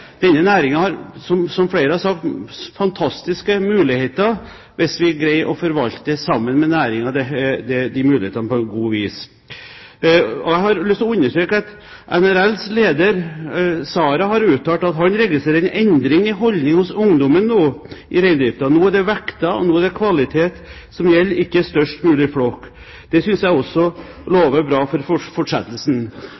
Denne næringen har, som flere har sagt, fantastiske muligheter, hvis vi sammen med næringen greier å forvalte disse mulighetene på en god måte. Jeg har lyst til å understreke at NRLs leder, Sara, har uttalt at han registrerer en endring i holdning hos ungdommen i reindriften nå. Nå er det vekt og kvalitet som gjelder, ikke størst mulig flokk. Det synes jeg også